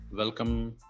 Welcome